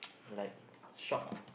like shock